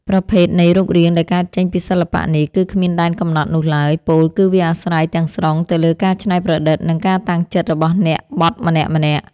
ប្រភេទនៃរូបរាងដែលកើតចេញពីសិល្បៈនេះ គឺគ្មានដែនកំណត់នោះឡើយ ពោលគឺវាអាស្រ័យទាំងស្រុងទៅលើការច្នៃប្រឌិត និងការតាំងចិត្តរបស់អ្នកបត់ម្នាក់ៗ។